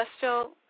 Celestial